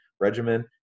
regimen